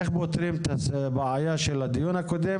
לא שמעתי ממך איך פותרים את הבעיה של הדיון הקודם,